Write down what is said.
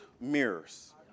Mirrors